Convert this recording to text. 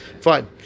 fine